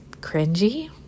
cringy